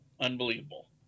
unbelievable